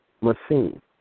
Machine